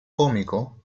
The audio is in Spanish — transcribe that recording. cómico